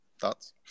thoughts